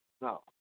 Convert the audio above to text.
No